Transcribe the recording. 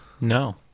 No